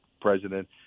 president